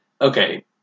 okay